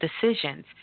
decisions